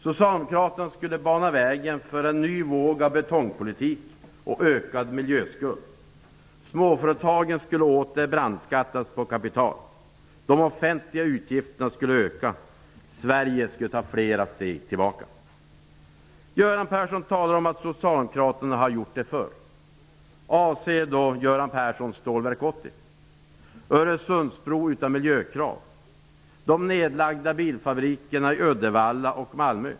Socialdemokraterna skulle bana vägen för en ny våg av betongpolitik och ökad miljöskuld. Småföretagen skulle åter brandskattas på kapital. De offentliga utgifterna skulle öka. Sverige skulle ta flera steg tillbaka. Göran Persson talar om att Socialdemokraterna har gjort det förr. Avser då Göran Persson Stålverk 80, Öresundsbro utan miljökrav, de nedlagda bilfabrikerna i Uddevalla och Malmö?